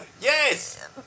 Yes